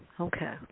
Okay